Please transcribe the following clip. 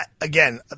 again